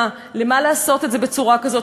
למה לעשות את זה בצורה כזאת?